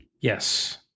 Yes